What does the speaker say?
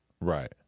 Right